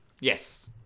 Yes